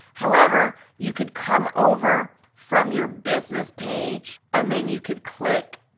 however, you could come over from your business page, and then you could click